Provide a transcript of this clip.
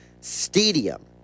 stadium